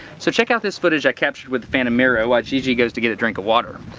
so check out this footage i captured with the phantom miro while gi-gi goes to get a drink of water.